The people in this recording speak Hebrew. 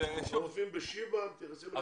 הרופאיםך בשיבא מתייחסים אליה יפה.